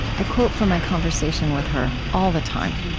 i quote from my conversation with her all the time.